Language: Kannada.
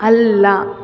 ಅಲ್ಲ